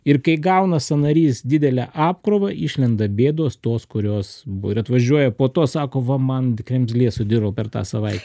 ir kai gauna sąnarys didelę apkrovą išlenda bėdos tos kurios bur atvažiuoja po to sako va man kremzlė sudilo per tą savaitę